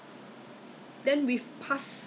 kind of err infected from my my leg